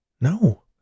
No